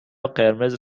قرمز